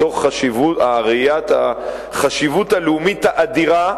מתוך ראיית החשיבות הלאומית האדירה.